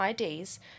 IDs